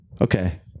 okay